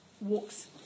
walks